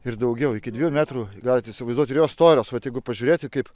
ir daugiau iki dviejų metrų galit įsivaizduot ir jos storos vat jeigu pažiūrėti kaip